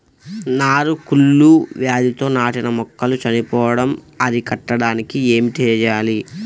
నారు కుళ్ళు వ్యాధితో నాటిన మొక్కలు చనిపోవడం అరికట్టడానికి ఏమి చేయాలి?